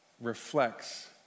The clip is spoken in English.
reflects